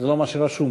זה לא מה שרשום לי.